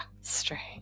strange